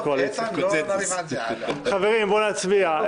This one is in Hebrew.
חברים, בואו נצביע.